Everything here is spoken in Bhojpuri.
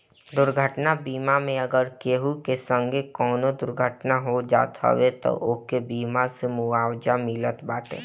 दुर्घटना बीमा मे अगर केहू के संगे कवनो दुर्घटना हो जात हवे तअ ओके बीमा से मुआवजा मिलत बाटे